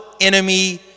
enemy